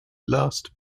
last